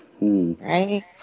Right